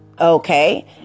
Okay